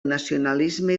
nacionalisme